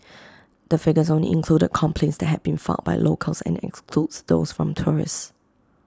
the figures only included complaints that had been filed by locals and excludes those from tourists